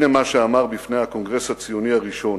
הנה מה שאמר בפני הקונגרס הציוני הראשון: